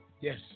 yes